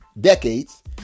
decades